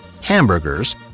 hamburgers